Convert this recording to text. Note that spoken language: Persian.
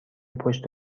پشت